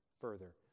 further